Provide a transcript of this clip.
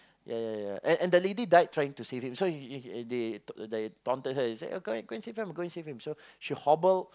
ya ya ya ya and and the lady died trying to save him so in the end told so she hobble